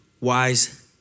wise